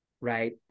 Right